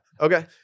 okay